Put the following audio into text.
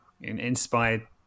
inspired